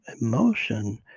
emotion